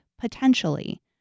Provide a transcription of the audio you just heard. potentially